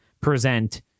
present